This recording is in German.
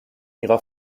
ihrer